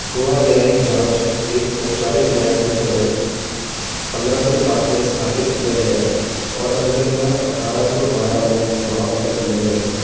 गोवा न्यायिक जाँच एक औपचारिक न्यायाधिकरण पंद्रह सौ साठ में स्थापित किया गया और अंततः अठारह सौ बारह में समाप्त कर दिया गया था